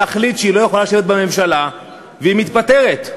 להחליט שהיא לא יכולה לשבת בממשלה והיא מתפטרת.